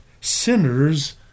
Sinners